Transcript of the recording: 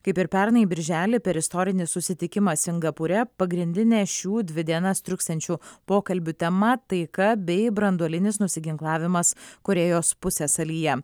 kaip ir pernai birželį per istorinį susitikimą singapūre pagrindinę šių dvi dienas truksiančių pokalbių tema taika bei branduolinis nusiginklavimas korėjos pusiasalyje